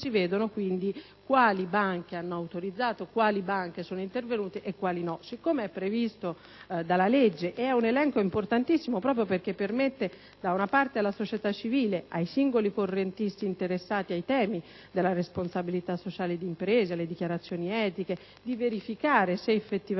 si vedono quindi quali banche hanno autorizzato, quali banche sono intervenute e quali no. È previsto dalla legge ed è un elenco importantissimo, perché permette alla società civile, ai singoli correntisti interessati ai temi della responsabilità sociale di impresa e delle dichiarazioni etiche, di verificare se effettivamente